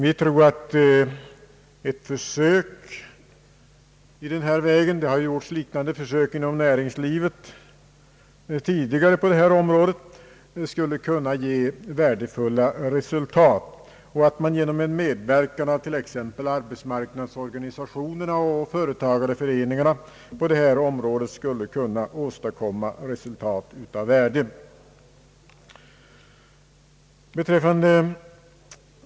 Vi tror att försök i den här vägen — det har tidigare gjorts liknande försök på detta område inom näringslivet — skulle kunna ge värdefulla resultat. Vi tror att man genom en medverkan av t.ex. arbetsmarknadsorganisationerna och företagareföreningarna skulle kunna åstadkomma resultat av värde på detta område.